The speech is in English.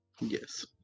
yes